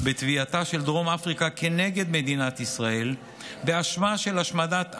בתביעתה של דרום אפריקה כנגד מדינת ישראל באשמה של השמדת עם,